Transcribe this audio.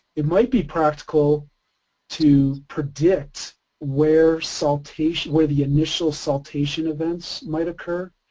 it might be practical to predict where saltation, where the initial saltation events might occur.